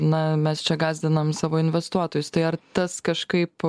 na mes čia gąsdinam savo investuotojus tai ar tas kažkaip